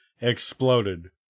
exploded